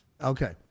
Okay